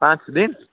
पाँच दिन